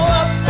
up